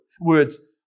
words